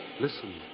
Listen